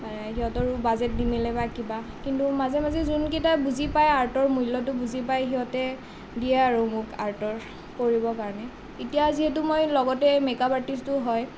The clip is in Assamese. সিহঁতৰো বাজেত নিমিলে বা কিবা কিন্তু মাজে মাজে যোনকেইটাই বুজি পায় আৰ্টৰ মূল্যটো বুজি পায় সিহঁতে দিয়ে আৰু মোক আৰ্টৰ কৰিব কাৰণে এতিয়া যিহেতু মই লগতে মেকআপ আৰ্টিষ্টো হয়